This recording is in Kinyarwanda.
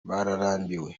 barambiwe